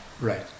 Right